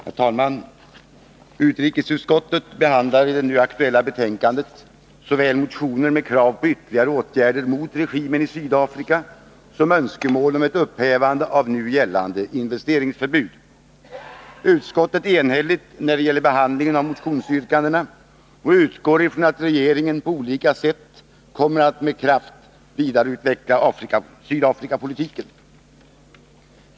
Herr talman! Utrikesutskottet behandlar i det nu aktuella betänkandet såväl motioner med krav på ytterligare åtgärder mot regimen i Sydafrika som önskemål om ett upphävande av nu gällande investeringsförbud. Utskottet är enhälligt när det gäller behandlingen av motionsyrkandena och utgår ifrån. att regeringen på olika sätt kommer att med kraft vidareutveckla Sydafrikapolitiken.